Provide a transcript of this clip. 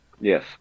Yes